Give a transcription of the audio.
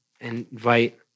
invite